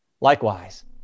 Likewise